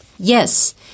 Yes